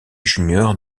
junior